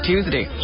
Tuesday